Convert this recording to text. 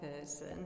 person